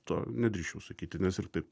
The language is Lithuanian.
to nedrįsčiau sakyti nes ir taip